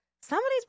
Somebody's